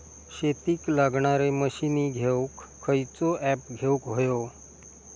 शेतीक लागणारे मशीनी घेवक खयचो ऍप घेवक होयो?